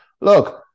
Look